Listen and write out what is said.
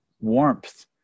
warmth